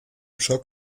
schock